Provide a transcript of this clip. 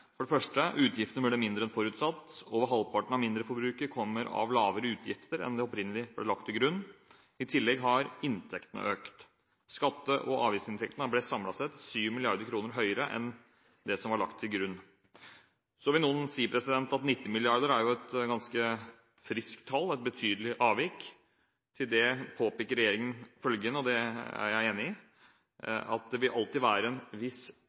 For det første ble utgiftene mindre enn forutsatt. Over halvparten av mindreforbruket kommer av lavere utgifter enn det som opprinnelig ble lagt til grunn. I tillegg har inntektene økt. Skatte- og avgiftsinntektene ble samlet sett 7 mrd. kr høyere enn det som var lagt til grunn. Så vil noen si at 19 mrd. kr er et ganske friskt tall, et betydelig avvik. Til det påpeker regjeringen, og det er jeg enig i, at det alltid vil være en viss